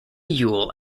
yule